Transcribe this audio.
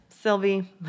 Sylvie